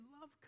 love